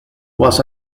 was